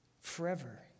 forever